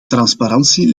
transparantie